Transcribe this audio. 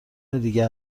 دیگه